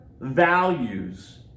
values